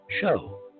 show